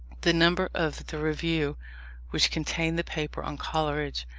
the number of the review which contained the paper on coleridge,